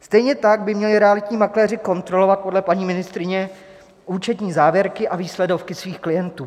Stejně tak by realitní makléři měli kontrolovat podle paní ministryně účetní závěrky a výsledovky svých klientů.